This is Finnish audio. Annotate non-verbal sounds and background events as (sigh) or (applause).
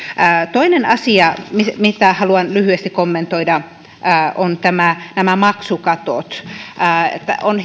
toinen asia mitä haluan lyhyesti kommentoida ovat nämä maksukatot on (unintelligible)